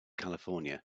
california